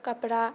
कपड़ा